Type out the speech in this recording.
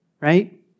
right